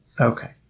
Okay